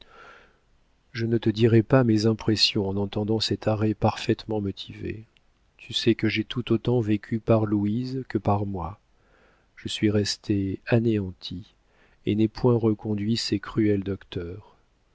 je ne te dirai pas mes impressions en entendant cet arrêt parfaitement motivé tu sais que j'ai tout autant vécu par louise que par moi je suis restée anéantie et n'ai point reconduit ces cruels docteurs